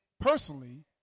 personally